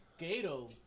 Gato